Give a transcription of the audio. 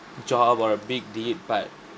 job or a big dip but